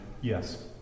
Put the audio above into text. yes